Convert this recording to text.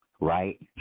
right